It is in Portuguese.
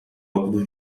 óculos